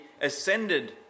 ascended